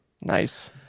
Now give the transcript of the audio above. Nice